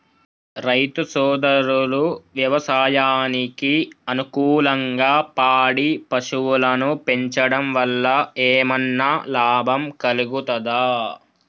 రైతు సోదరులు వ్యవసాయానికి అనుకూలంగా పాడి పశువులను పెంచడం వల్ల ఏమన్నా లాభం కలుగుతదా?